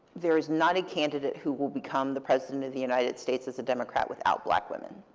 there is not a candidate who will become the president of the united states as a democrat without black women.